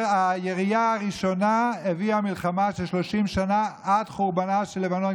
הירייה הראשונה הביאה למלחמה של 30 שנה עד חורבנה של לבנון,